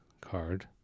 card